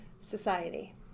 society